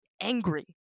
angry